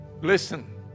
Listen